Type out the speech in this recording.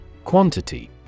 Quantity